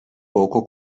poco